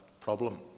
problem